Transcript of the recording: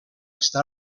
està